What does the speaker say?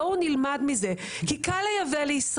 בואו נלמד מזה כי לישראל קל לייבא,